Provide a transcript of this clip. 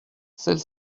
celle